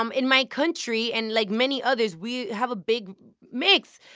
um in my country, and like many others, we have a big mix.